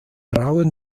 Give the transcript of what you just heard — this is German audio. rauen